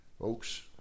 Folks